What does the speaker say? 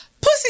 pussy